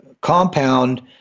compound